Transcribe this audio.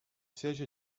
siège